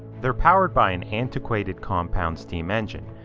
they're powered by an antiquated compound steam engine.